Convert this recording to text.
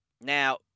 Now